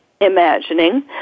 imagining